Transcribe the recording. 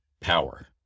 power